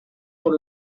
por